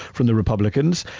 from the republicans.